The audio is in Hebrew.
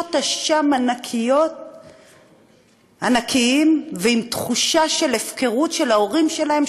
אשם ענקיים ועם תחושה של הפקרת ההורים שלהם,